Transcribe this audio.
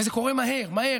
וזה קורה מהר, מהר.